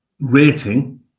rating